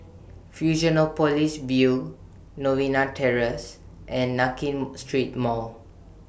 Fusionopolis View Novena Terrace and Nankin Street Mall